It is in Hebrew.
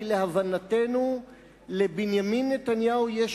ואנחנו המלצנו עליו כי להבנתנו לבנימין נתניהו יש